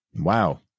Wow